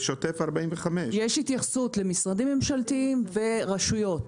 שוטף + 45. יש התייחסות למשרדים ממשלתיים ולרשויות.